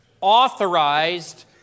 authorized